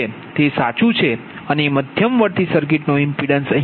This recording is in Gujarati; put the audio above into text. તે સાચું છે અને મધ્યવર્તી સર્કિટનો ઇમ્પિડિન્સ